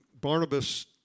Barnabas